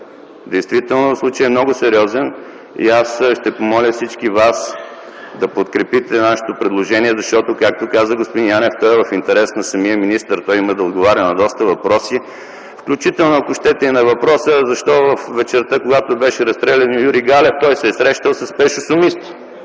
Действително случаят е много сериозен и ще помоля всички да подкрепите предложението ни, защото, както каза господин Янев, то е в интерес на самия министър. Той има да отговаря на доста въпроси, включително и на въпроса: защо вечерта, когато беше разстрелян Юри Галев, той се е срещал с Пешо Сумиста?